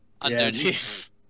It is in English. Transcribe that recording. underneath